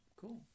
Cool